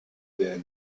been